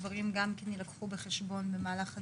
הדברים גם כן יילקחו בחשבון במהלך הדיון.